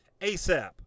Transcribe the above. ASAP